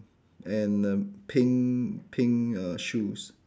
and err pink pink err shoes